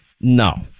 No